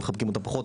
מכבדים אותם פחות,